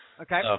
Okay